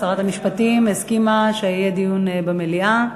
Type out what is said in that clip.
שרת המשפטים הסכימה שיהיה דיון במליאה.